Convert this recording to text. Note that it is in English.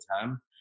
time